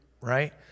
right